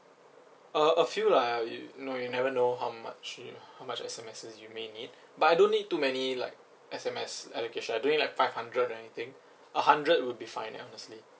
uh a few lah you no you never know how much you how much S_M_Ses you may need but I don't need too many like S_M_S allocation I don't need like five hundred or anything a hundred would be fine lah honestly